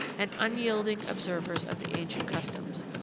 and unyielding observers of the ancient customs.